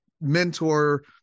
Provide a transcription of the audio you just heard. mentor